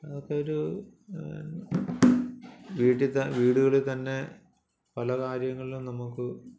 അതൊക്കെ ഒരു വീട്ടിലത്തെ വീടുകളിൽ തന്നെ പലകാര്യങ്ങളും നമുക്ക്